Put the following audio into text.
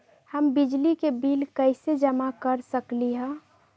हम बिजली के बिल कईसे जमा कर सकली ह?